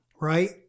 right